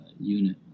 unit